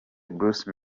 bruce